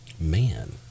Man